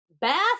Bath